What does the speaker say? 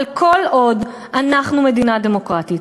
אבל כל עוד אנחנו מדינה דמוקרטית,